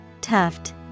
Tuft